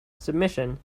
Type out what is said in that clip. submission